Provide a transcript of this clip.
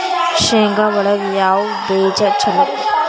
ಶೇಂಗಾ ಒಳಗ ಯಾವ ಬೇಜ ಛಲೋ?